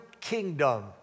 kingdom